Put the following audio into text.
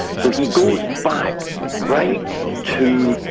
so he goes back right to,